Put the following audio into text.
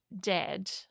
dead